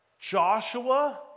Joshua